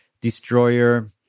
destroyer